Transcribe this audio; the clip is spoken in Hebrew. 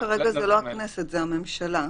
כרגע זה לא הכנסת, זה הממשלה.